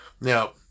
Now